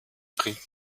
bringt